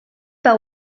par